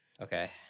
okay